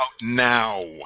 now